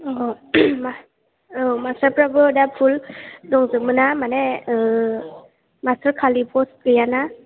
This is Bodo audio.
औ औ मासथारफ्राबो दा फुल दंजोबोना माने मासथार खालि फस गैयाना